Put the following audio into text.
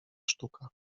sztuka